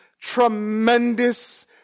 tremendous